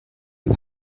ein